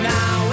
Now